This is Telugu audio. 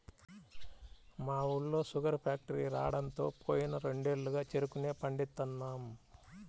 మా ఊళ్ళో శుగర్ ఫాక్టరీ రాడంతో పోయిన రెండేళ్లుగా చెరుకునే పండిత్తన్నాం